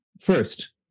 first